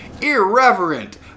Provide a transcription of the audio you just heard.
Irreverent